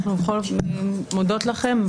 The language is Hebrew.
אנחנו מודות לכן,